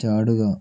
ചാടുക